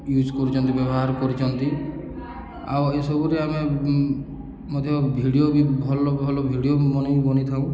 use କରୁଛନ୍ତି ବ୍ୟବହାର କରୁଛନ୍ତି ଆଉ ଏସବୁରେ ଆମେ ମଧ୍ୟ ଭିଡ଼ିଓ ବି ଭଲ ଭଲ ଭିଡ଼ିଓ ବନେଇ ବନେଇଥାଉ